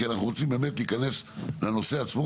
כי אנחנו רוצים להיכנס לנושא עצמו